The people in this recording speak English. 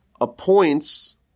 appoints